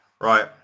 Right